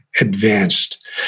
advanced